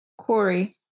Corey